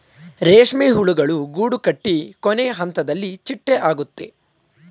ರೇಷ್ಮೆ ಹುಳುಗಳು ಗೂಡುಕಟ್ಟಿ ಕೊನೆಹಂತದಲ್ಲಿ ಚಿಟ್ಟೆ ಆಗುತ್ತೆ